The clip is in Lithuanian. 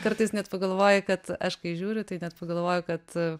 kartais net pagalvoji kad aš kai žiūriu tai net pagalvoju kad